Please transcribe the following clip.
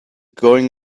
going